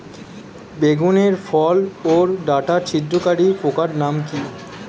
বেগুনের ফল ওর ডাটা ছিদ্রকারী পোকার নাম কি?